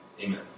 Amen